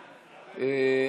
להתמודדות עם נגיף הקורונה החדש (הוראת שעה)